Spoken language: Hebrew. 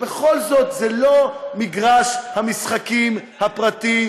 שבכל זאת זה לא מגרש המשחקים הפרטי,